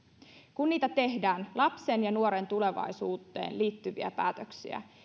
kun tehdään lapsen ja nuoren tulevaisuuteen liittyviä päätöksiä